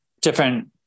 different